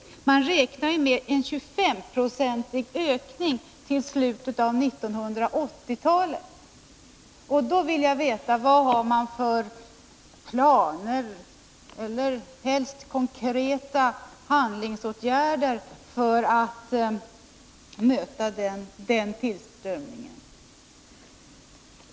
Man räknar ju med en 25-procentig ökning till slutet av 1980-talet. Då vill jag veta: Vad har man för planer eller helst konkreta handlingsåtgärder för att möta den tillströmningen?